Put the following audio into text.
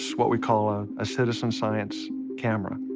what we call a citizen science camera.